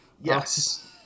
Yes